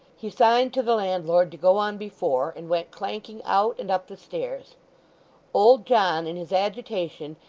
he signed to the landlord to go on before and went clanking out, and up the stairs old john, in his agitation,